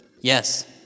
Yes